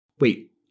Wait